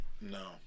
No